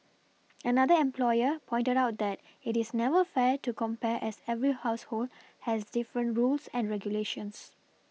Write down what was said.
another employer pointed out that it is never fair to compare as every household has different rules and regulations